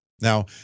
Now